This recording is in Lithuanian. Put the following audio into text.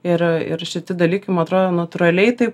ir ir šiti dalykai man atrodo natūraliai taip